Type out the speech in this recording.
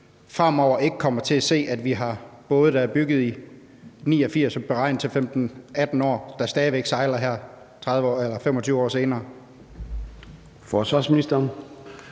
fremover ikke kommer til at se, at vi har både, der er bygget i 1989 og beregnet til tjeneste i 15-18 år, der stadig væk sejler her 25 år senere.